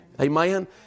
Amen